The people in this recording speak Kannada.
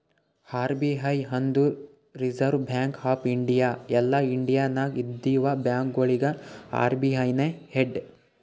ಆರ್.ಬಿ.ಐ ಅಂದುರ್ ರಿಸರ್ವ್ ಬ್ಯಾಂಕ್ ಆಫ್ ಇಂಡಿಯಾ ಎಲ್ಲಾ ಇಂಡಿಯಾ ನಾಗ್ ಇದ್ದಿವ ಬ್ಯಾಂಕ್ಗೊಳಿಗ ಅರ್.ಬಿ.ಐ ನೇ ಹೆಡ್